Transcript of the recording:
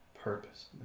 purpose